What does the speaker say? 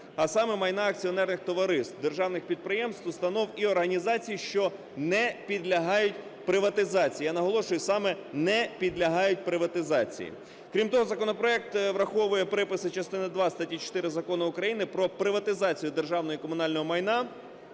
а саме майна акціонерних товариств, державних підприємств, установ і організацій, що не підлягають приватизації. Я наголошую, саме не підлягають приватизації. Крім того, законопроект враховує приписи частини два статті 4 Закону України "Про приватизацію державного і комунального майна"